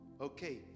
Okay